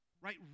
right